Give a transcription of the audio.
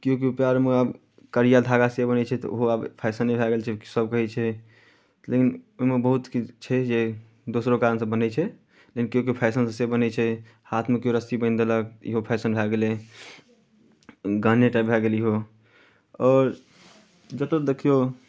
केओ केओ पएरमे आब करिया धागा से बन्हैत छै तऽ ओहो आब फैशने भए गेल छै सभ कहै छै लेकिन ओहिमे बहुत किछु छै जे दोसरो कारणसँ बन्हैत छै लेकिन केओ केओ फैशनसँ से बन्हैत छै हाथमे केओ रस्सी बान्हि देलक इहो फैशन भए गेलै गहने टाइप भए गेल इहो आओर जतय देखियौ